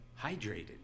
hydrated